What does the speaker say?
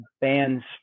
bands